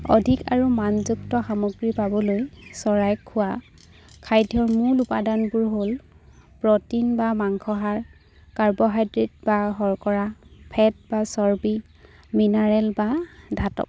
অধিক আৰু মানযুক্ত সামগ্ৰী পাবলৈ চৰাই খোৱা খাদ্যৰ মূল উপাদানবোৰ হ'ল প্ৰ'টিন বা মাংস সাৰ কাৰ্বহাইড্ৰেট বা শৰ্কৰা ফেট বা চৰ্বি মিনাৰেল বা ধাতৱ